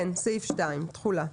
סעיף 2, תחולה.